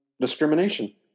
discrimination